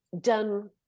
done